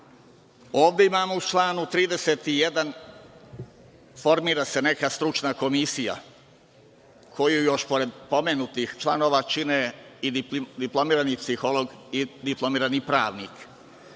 31. imamo da se formira neka stručna komisija koju još, pored pomenutih članova, čine diplomirani psiholog i diplomirani pravnik.